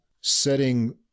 setting